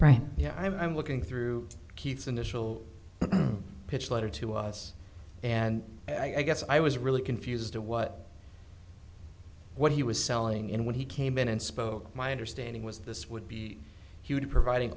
right here i'm looking through keith's initial pitch letter to us and i guess i was really confused to what what he was selling in when he came in and spoke my understanding was this would be huge providing